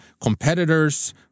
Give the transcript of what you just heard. competitors